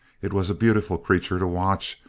it was a beautiful creature to watch,